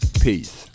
Peace